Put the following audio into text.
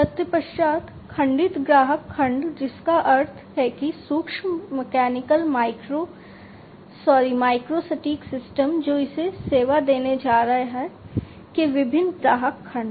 तत्पश्चात खंडित ग्राहक खंड जिसका अर्थ है कि सूक्ष्म मैकेनिकल माइक्रो सॉरी माइक्रो सटीक सिस्टम जो इसे सेवा देने जा रहा है के विभिन्न ग्राहक खंड